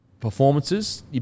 performances